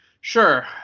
Sure